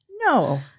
No